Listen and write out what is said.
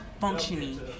functioning